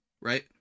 right